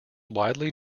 widely